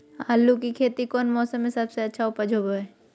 आलू की खेती कौन मौसम में सबसे अच्छा उपज होबो हय?